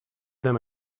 them